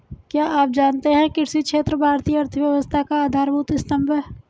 क्या आप जानते है कृषि क्षेत्र भारतीय अर्थव्यवस्था का आधारभूत स्तंभ है?